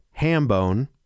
Hambone